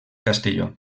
castelló